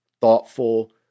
thoughtful